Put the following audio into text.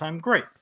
great